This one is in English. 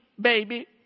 baby